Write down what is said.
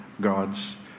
God's